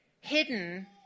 hidden